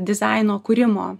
dizaino kūrimo